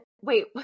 wait